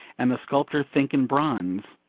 and the sculptor think in bronze,